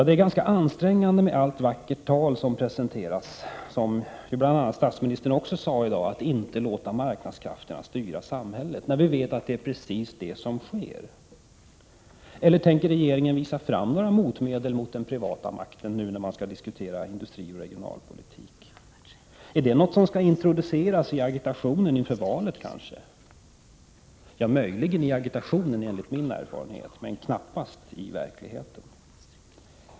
Det är ganska ansträngande med allt vackert tal som presenteras, bl.a. när statsministern i dag sade att man inte skall låta marknadskrafterna styra samhället, då vi vet att det är precis det som sker. Eller tänker regeringen visa några motmedel mot den privata makten i diskussionen om industrioch regionalpolitiken? Är det något som skall introduceras i agitationen inför valet? Ja, möjligen i agitationen, enligt min erfarenhet, men knappast i verkligheten.